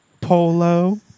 polo